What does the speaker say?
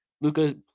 Luca